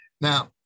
Now